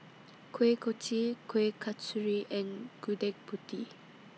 Kuih Kochi Kueh Kasturi and Gudeg Putih